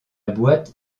boîte